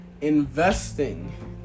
investing